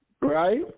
right